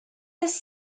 his